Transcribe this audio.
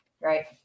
Right